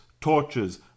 torches